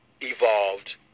evolved